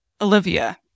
Olivia